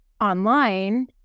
online